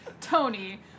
Tony